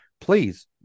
please